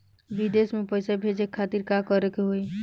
विदेश मे पैसा भेजे खातिर का करे के होयी?